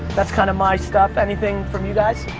that's kind of my stuff. anything from you guys?